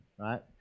right